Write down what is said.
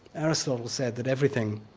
aristotle said that everything